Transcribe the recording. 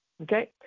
Okay